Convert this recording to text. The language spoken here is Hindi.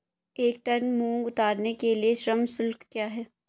एक टन मूंग उतारने के लिए श्रम शुल्क क्या है?